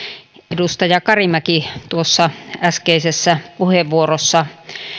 edustaja karimäki tuossa äskeisessä puheenvuorossa